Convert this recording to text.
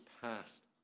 passed